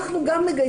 אנחנו גם מגייסים.